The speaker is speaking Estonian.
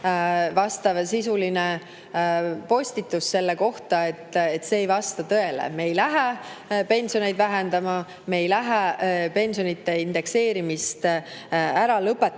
rahandusministri postitus selle kohta, et see ei vasta tõele. Me ei lähe pensioneid vähendama, me ei lähe pensionide indekseerimist ära lõpetama. Aga